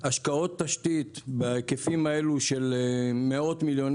השקעות תשתית בהיקפים האלו של מאות מיליוני